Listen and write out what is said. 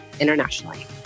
internationally